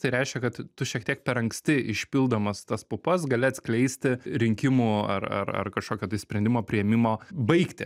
tai reiškia kad tu šiek tiek per anksti išpildamas tas pupas gali atskleisti rinkimų ar ar ar kažkokio tai sprendimo priėmimo baigtį